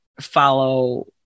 follow